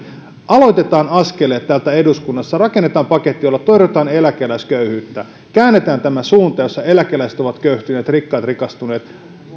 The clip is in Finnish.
aloitetaan askeleet täältä eduskunnasta rakennetaan paketti jolla torjutaan eläkeläisköyhyyttä käännetään tämä suunta jossa eläkeläiset ovat köyhtyneet rikkaat rikastuneet